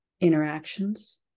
interactions